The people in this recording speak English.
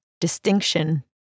Distinction